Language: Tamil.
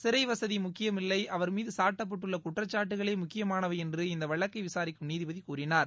சிறை வசதி முக்கியமல்லை அவர் மீது சாட்டப்பட்டுள்ள குற்றச்சாட்டுகள் முக்கியமானவை என்று இந்த வழக்கை விசாரிக்கும் நீதிபதி கூறினார்